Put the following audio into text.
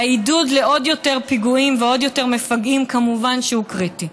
והעידוד לעוד יותר פיגועים ועוד יותר מפגעים כמובן הוא קריטי.